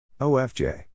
OFJ